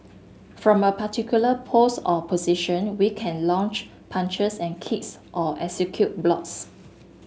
from a particular pose or position we can launch punches and kicks or execute blocks